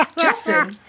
Justin